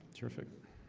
it's horrific